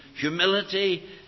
humility